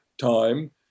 time